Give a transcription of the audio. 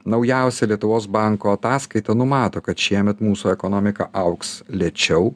naujausia lietuvos banko ataskaita numato kad šiemet mūsų ekonomika augs lėčiau